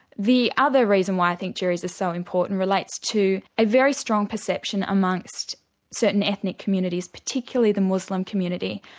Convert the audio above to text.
the other reason why i think juries are so important relates to a very strong perception amongst certain ethnic communities, particularly the muslim community,